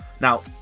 Now